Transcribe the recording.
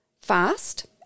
fast